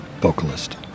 vocalist